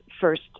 first